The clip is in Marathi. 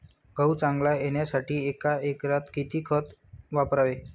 गहू चांगला येण्यासाठी एका एकरात किती खत वापरावे?